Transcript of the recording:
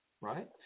right